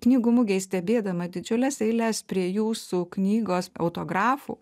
knygų mugėj stebėdama didžiules eiles prie jūsų knygos autografų